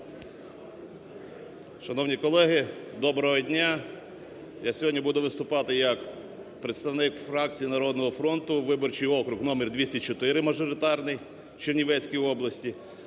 Шановні колеги, доброго дня! Я сьогодні буду виступати як представник фракції "Народного фронту", виборчий округ номер 204, мажоритарний, у Чернівецький області.